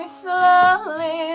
slowly